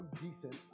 decent